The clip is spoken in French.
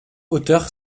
hauteur